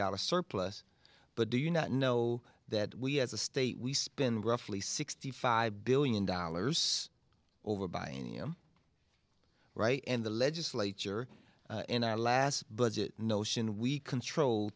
dollars surplus but do you not know that we as a state we spend roughly sixty five billion dollars over buying any i'm right and the legislature in our last budget notion we control